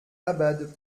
abad